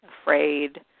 afraid